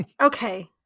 Okay